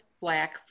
black